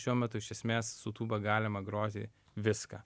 šiuo metu iš esmės su tūba galimą groti viską